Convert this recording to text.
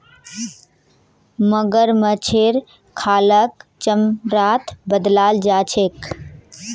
मगरमच्छेर खालक चमड़ात बदलाल जा छेक